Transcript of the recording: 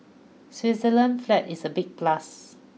Switzerland's flag is a big plus